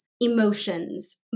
emotions